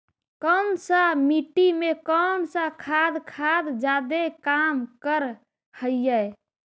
कौन सा मिट्टी मे कौन सा खाद खाद जादे काम कर हाइय?